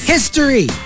History